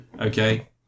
Okay